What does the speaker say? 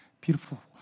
beautiful